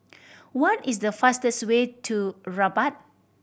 what is the fastest way to Rabat